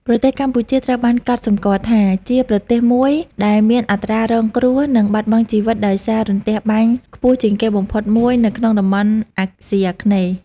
ប្រទេសកម្ពុជាត្រូវបានកត់សម្គាល់ថា ជាប្រទេសមួយដែលមានអត្រារងគ្រោះ និងបាត់បង់ជីវិតដោយសាររន្ទះបាញ់ខ្ពស់ជាងគេបំផុតមួយនៅក្នុងតំបន់អាស៊ីអាគ្នេយ៍។